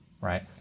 right